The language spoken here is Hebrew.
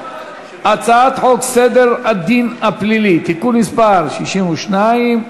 הצעת חוק סדר הדין הפלילי (תיקון מס' 62,